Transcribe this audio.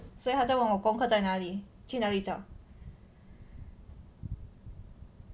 所以他在问我功课在哪里去哪里找